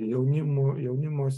jaunimo jaunimo